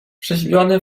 wrzeźbiony